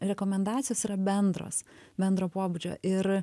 rekomendacijos yra bendros bendro pobūdžio ir